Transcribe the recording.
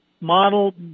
model